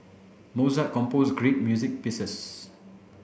Mozart composed great music pieces